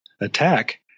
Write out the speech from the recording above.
attack